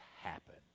happen